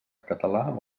català